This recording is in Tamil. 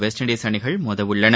வெஸ்ட் இண்டஸ் அணிகள் மோதவுள்ளன